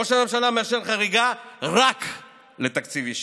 ראש הממשלה מאשר חריגה רק לתקציב הישיבות.